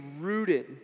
rooted